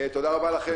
תודה רבה לכם.